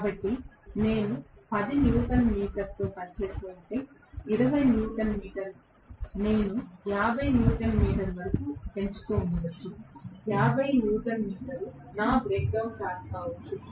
కాబట్టి నేను 10 న్యూటన్ మీటర్తో పని చేస్తూ ఉంటే 20 న్యూటన్ మీటర్ నేను 50 న్యూటన్ మీటర్ వరకు పెంచుతూ ఉండవచ్చు 50 న్యూటన్ మీటర్ నా బ్రేక్ డౌన్ టార్క్ కావచ్చు